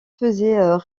faisaient